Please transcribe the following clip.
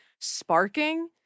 sparking